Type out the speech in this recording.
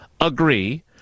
agree